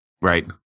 Right